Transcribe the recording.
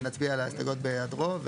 ונצביע על ההסתייגויות בהיעדרו.